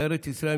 לארץ ישראל,